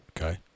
okay